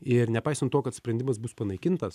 ir nepaisant to kad sprendimas bus panaikintas